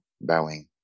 bowing